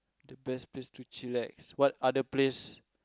the best place to chillax what other place